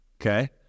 okay